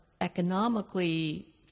economically